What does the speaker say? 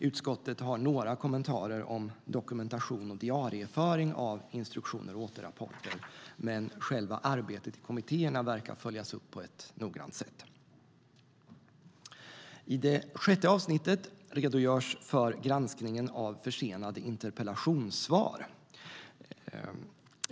Utskottet har några kommentarer om dokumentation och diarieföring av instruktioner och återrapporter, men själva arbetet i kommittéerna verkar följas upp på ett noggrant sätt.I det sjätte avsnittet redogörs för granskningen av försenade interpellationssvar.